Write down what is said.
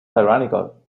tyrannical